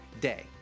day